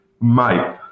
mate